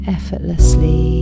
Effortlessly